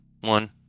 One